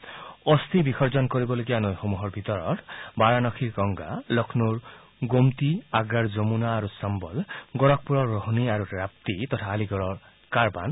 তেওঁৰ অস্থি বিসৰ্জন কৰিবলগীয়া নৈসমূহৰ ভিতৰত বাৰানসীৰ গংগা লক্ষ্মৌৰ গুমটি আগ্ৰাৰ যমুনা আৰু চম্বল আৰু গোড়খপুৰৰ ৰোহনি আৰু ৰাপ্তি তথা আলিগড়ৰ কাৰৱান